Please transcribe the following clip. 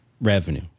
revenue